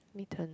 me turn